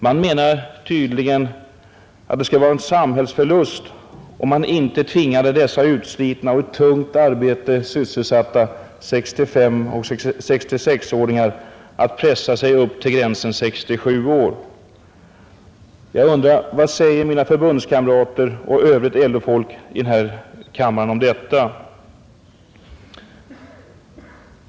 Man menar tydligen att det skall vara en samhällsförlust, om man inte tvingade dessa utslitna och i tungt arbete sysselsatta 65 och 66-åringar att pressa sig upp till gränsen 67 år. Vad säger mina förbundskamrater och övrigt LO-folk i den här kammaren om detta?